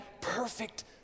perfect